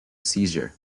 seizure